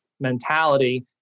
mentality